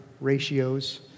ratios